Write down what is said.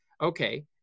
okay